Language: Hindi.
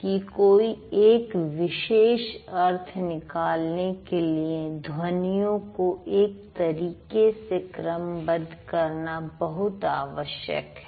कि कोई एक विशेष अर्थ निकालने के लिए ध्वनियों को एक तरीके से क्रमबद्ध करना बहुत आवश्यक है